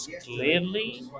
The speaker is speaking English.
clearly